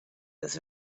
ist